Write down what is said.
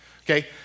Okay